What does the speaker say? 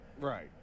right